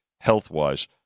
health-wise